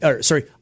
Sorry